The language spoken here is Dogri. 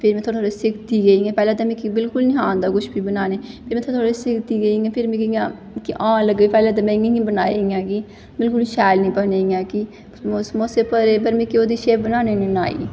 फ्ही में थोह्ड़े थोह्ड़े सिखदी गेई इ'यां पैह्लें ते मिगी बिलकुल बी निं आंदा हा कुछ बी बनाने फिर में थोह्ड़ा थोह्ड़ा सिखदी गेई इ'यां फिर इ'यां मिगी आन लग्गेआ पैह्लें ते में इ'यां इ'यां बनाई इ'यां कि मेरे कोला शैल निं बने इ'यां कि समोसे भरे पर मिगी ओह्दी शेप बनानी निं नां आई